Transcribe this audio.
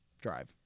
drive